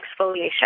exfoliation